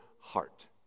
heart